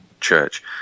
church